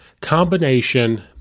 combination